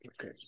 Okay